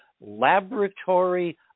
laboratory